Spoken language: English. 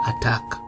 attack